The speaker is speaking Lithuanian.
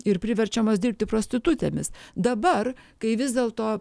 ir priverčiamos dirbti prostitutėmis dabar kai vis dėlto